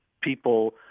people